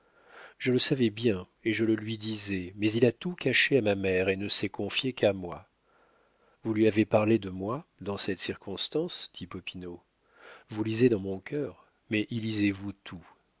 je le savais bien et je le lui disais mais il a tout caché à ma mère et ne s'est confié qu'à moi vous lui avez parlé de moi dans cette circonstance dit popinot vous lisez dans mon cœur mais y lisez-vous tout